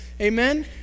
Amen